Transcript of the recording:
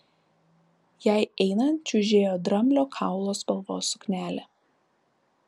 jai einant čiužėjo dramblio kaulo spalvos suknelė